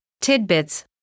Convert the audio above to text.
tidbits